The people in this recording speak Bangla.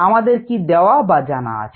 আমাদের কি দেওয়া বা জানা আছে